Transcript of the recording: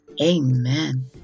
amen